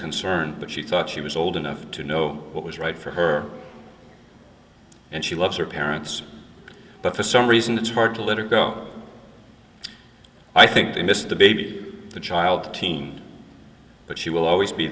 concerned but she thought she was old enough to know what was right for her and she loves her parents but for some reason it's hard to let her go i think they miss the baby the child teen but she will always be